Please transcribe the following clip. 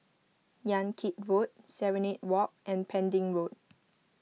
Yan Kit Road Serenade Walk and Pending Road